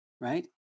right